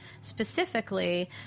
specifically